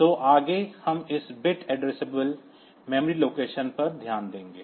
तो आगे हम इस बिट एड्रेसेबल मेमोरी लोकेशन पर ध्यान देंगे